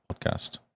podcast